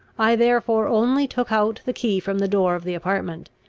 i therefore only took out the key from the door of the apartment,